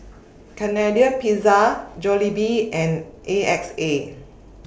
Canadian Pizza Jollibee and A X A